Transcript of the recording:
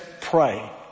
pray